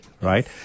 right